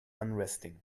unresting